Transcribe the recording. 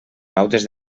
pautes